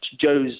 Joe's